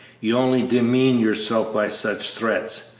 you only demean yourself by such threats.